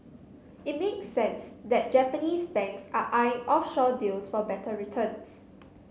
it make sense that Japanese banks are eyeing offshore deals for better returns